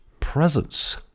presence